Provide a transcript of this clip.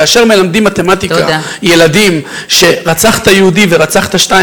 כאשר מלמדים ילדים במתמטיקה שרצחת יהודי ורצחת עוד אחד,